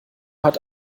hat